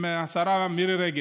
עם השרה מירי רגב.